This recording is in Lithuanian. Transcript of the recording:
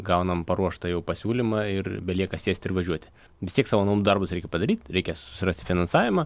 gaunam paruoštą jau pasiūlymą ir belieka sėst ir važiuot vis tiek savo namų darbus reikia padaryt reikia susirasti finansavimą